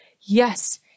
Yes